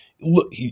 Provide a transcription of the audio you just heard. Look